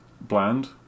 bland